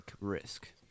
risk